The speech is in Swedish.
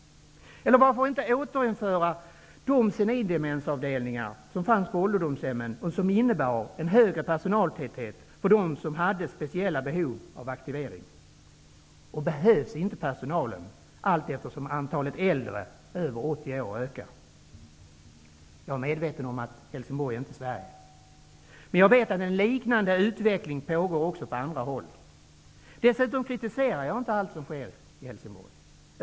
Varför inte återinföra de senildemensavdelningar som fanns på ålderdomshemmen och som innebar en högre personaltäthet för dem som hade speciella behov av aktivering? Är det inte så att personalen behövs allteftersom antalet äldre över 80 år ökar? Jag är medveten om att Helsingborg inte är Sverige, men jag vet att en liknande utveckling pågår också på andra håll. Dessutom kritiserar jag inte allt som sker i Helsingborg.